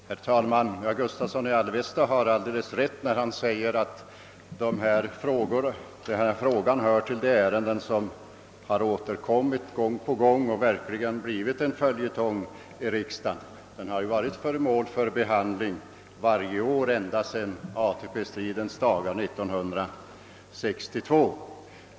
Herr talman! Herr Gustavsson i Alvesta har alldeles rätt, när han säger att denna fråga hör till de ärenden som återkommer gång på gång och verkligen blivit en följetong i riksdagen. Den har varit föremål för behandling varje år ända sedan ATP-stridens dagar 1962.